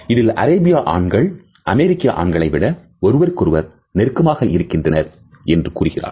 இதில் அரேபிய ஆண்கள் அமெரிக்க ஆண்களைவிட ஒருவருக்கொருவர் நெருக்கமாக இருக்கின்றனர் என்று கூறுகிறார்